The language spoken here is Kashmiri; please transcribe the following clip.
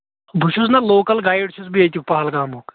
بہٕ چھُس نہ لوکَل گایِڈ چھُس بہٕ ییٚتیُک پَہلگامُک